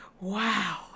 wow